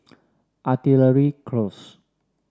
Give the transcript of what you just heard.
Artillery Close